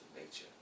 nature